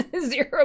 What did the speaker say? zero